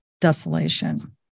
desolation